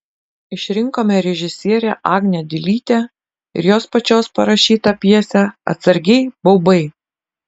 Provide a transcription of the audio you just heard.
išrinkome režisierę agnę dilytę ir jos pačios parašytą pjesę atsargiai baubai